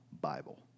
Bible